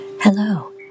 Hello